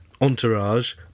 entourage